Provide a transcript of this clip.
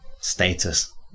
status